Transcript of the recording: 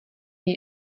něj